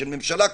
של ממשלה כושלת,